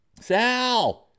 Sal